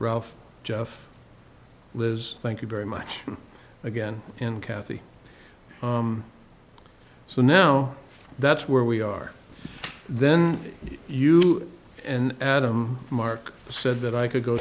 ralph jeff liz thank you very much again and kathy so now that's where we are then you and adam mark said that i could go